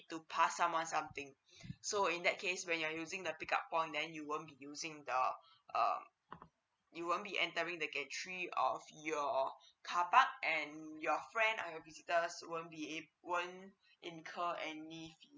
to pass someone something so in that case when you are using the pick up point then you won't be using the uh you won't be entering the gate three of your car park and your friend and your visitors just won't won't incur any